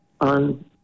on